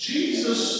Jesus